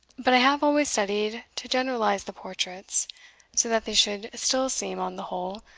but i have always studied to generalise the portraits, so that they should still seem, on the whole,